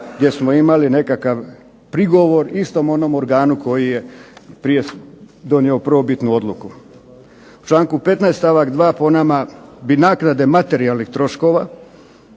gdje smo imali nekakav prigovor istom onom organu koji je prije donio prvobitnu odluku. U članku 15. stavak 2. po nama bi naknade materijalnih troškova